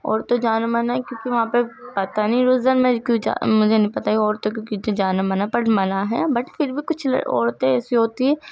عورتوں جانے منع ہے کیونکہ وہاں پہ پتا نہیں مجھے نہیں پتا کہ عورتوں کو کیونکہ جانے منع ہے پر منع ہے بٹ پھر بھی کچھ عورتیں ایسی ہوتی ہیں